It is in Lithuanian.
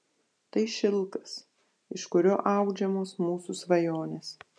tai šilkas iš kurio audžiamos mūsų svajonės